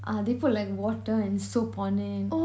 uh they put like water and soap on it